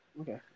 Okay